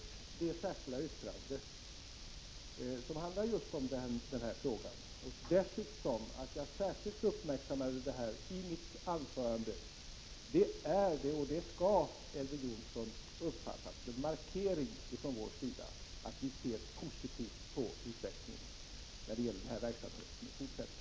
Men dels vårt särskilda yttrande, som handlar just om denna fråga, dels det förhållandet att jag särskilt uppmärksammade detta i mitt anförande skall, Elver Jonsson, uppfattas som en markering från vår sida av att vi ser positivt på utvecklingen när det gäller den här verksamheten i fortsättningen.